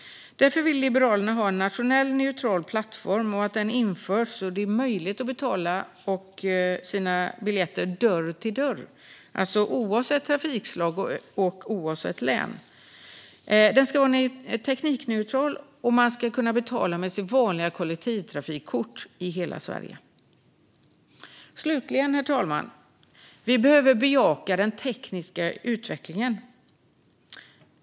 Därför vill Liberalerna att en nationell plattform införs som gör det möjligt att betala biljetter dörr till dörr oavsett trafikslag och län. Den ska vara teknikneutral, och man ska kunna betala med sitt vanliga kollektivtrafikkort i hela Sverige. Herr talman! Slutligen: Vi behöver bejaka den tekniska utvecklingen.